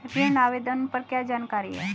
ऋण आवेदन पर क्या जानकारी है?